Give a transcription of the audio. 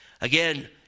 Again